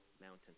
mountain